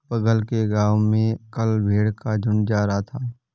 बगल के गांव में कल भेड़ का झुंड जा रहा था